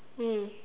mm